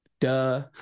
Duh